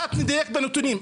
אחת תדייק בנתונים.